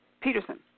Peterson